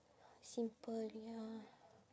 simple ya